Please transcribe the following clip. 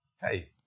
hey